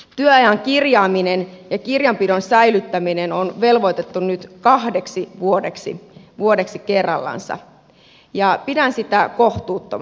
työajan kirjaaminen ja kirjanpidon säilyttäminen on velvoitettu nyt kahdeksi vuodeksi kerrallansa ja pidän sitä kohtuuttomana